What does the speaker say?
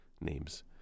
names